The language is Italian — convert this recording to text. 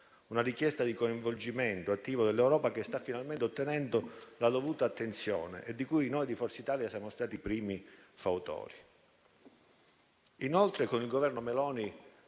una richiesta di coinvolgimento attivo dell'Europa che sta finalmente ottenendo la dovuta attenzione e di cui noi di Forza Italia siamo stati i primi fautori. Inoltre, il Governo Meloni,